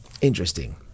interesting